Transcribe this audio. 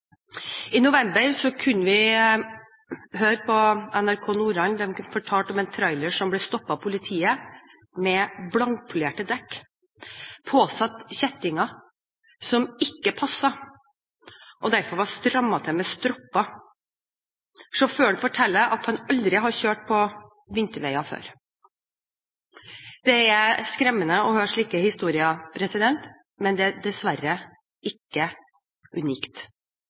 I november kunne vi på NRK Nordland høre om en trailer som ble stoppet av politiet med blankpolerte dekk påsatt kjettinger som ikke passet, og som derfor var strammet til med stropper. Sjåføren forteller at han aldri har kjørt på vinterveier før. Det er skremmende å høre slike historier, men det er dessverre ikke unikt.